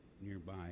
nearby